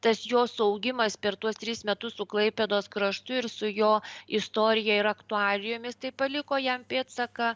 tas jos augimas per tuos tris metus su klaipėdos kraštu ir su jo istorija ir aktualijomis tai paliko jam pėdsaką